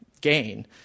gain